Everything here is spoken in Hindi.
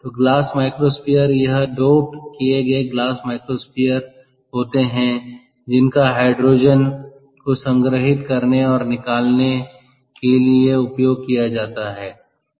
तो ग्लास माइक्रोस्फीयर यह डोप्ड किए गए ग्लास माइक्रोस्फीयर होते हैं जिनका हाइड्रोजन को संग्रहित करने और निकालने के लिए उपयोग किया जाता है